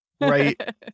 Right